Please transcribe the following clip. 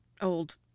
old